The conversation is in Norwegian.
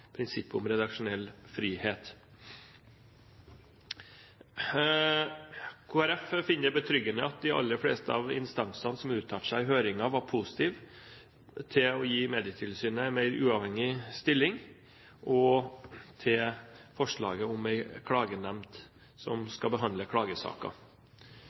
prinsippet om redaksjonell frihet. Kristelig Folkeparti finner det betryggende at de aller fleste av instansene som uttalte seg i høringen, var positive til å gi Medietilsynet en mer uavhengig stilling og til forslaget om en klagenemnd som skal behandle klagesaker.